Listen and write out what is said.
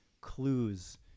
clues